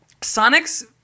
Sonic's